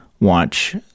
watch